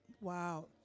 Wow